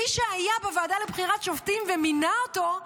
מי שהיה בוועדה לבחירת שופטים ומינה אותו,